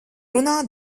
runā